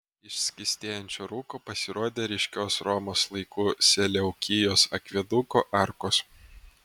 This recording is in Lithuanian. iš skystėjančio rūko pasirodė ryškios romos laikų seleukijos akveduko arkos